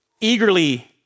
eagerly